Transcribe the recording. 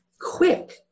quick